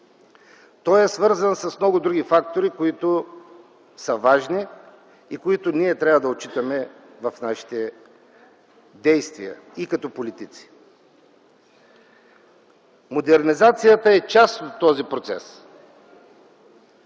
той е свързан с много други фактори, които са важни и които трябва да отчитаме в нашите действия и като политици. Модернизацията е част от този процес.